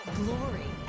glory